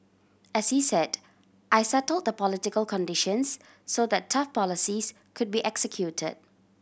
as he said I settle the political conditions so the tough policies could be executed